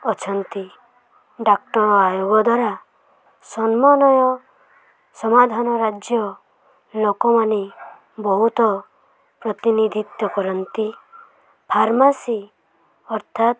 ଅଛନ୍ତି ଡାକ୍ତର ଆୟୋଗ ଦ୍ୱାରା ସମ୍ମାନନୀୟ ସମାଧାନ ରାଜ୍ୟ ଲୋକମାନେ ବହୁତ ପ୍ରତିନିଧିତ୍ୱ କରନ୍ତି ଫାର୍ମାସୀ ଅର୍ଥାତ୍